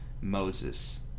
Moses